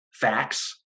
facts